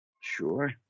Sure